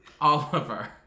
Oliver